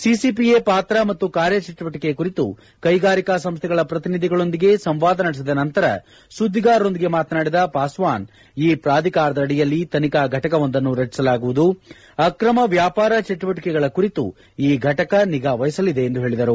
CCPA ಪಾತ್ರ ಮತ್ತು ಕಾರ್ಯಚಟುವಟಿಕೆ ಕುರಿತು ಕೈಗಾರಿಕಾ ಸಂಸ್ಟೆಗಳ ಪ್ರತಿನಿಧಿಗಳೊಂದಿಗೆ ಸಂವಾದ ನಡೆಸಿದ ನಂತರ ಸುದ್ದಿಗಾರರೊಂದಿಗೆ ಮಾತನಾಡಿದ ಪಾಸ್ವಾನ್ ಈ ಪ್ರಾಧಿಕಾರದಡಿಯಲ್ಲಿ ತನಿಖಾ ಘಟಕವೊಂದನ್ನು ರಚಿಸಲಾಗುವುದು ಅಕ್ರಮ ವ್ಯಾಪಾರ ಚಟುವಟಿಕೆಗಳ ಕುರಿತು ಈ ಘಟಕ ನಿಗಾ ವಹಿಸಲಿದೆ ಎಂದು ಹೇಳಿದರು